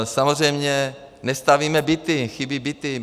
Samozřejmě nestavíme byty, chybí byty.